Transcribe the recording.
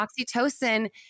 oxytocin